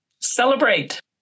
celebrate